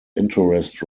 interest